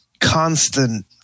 constant